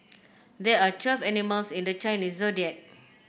there are twelve animals in the Chinese Zodiac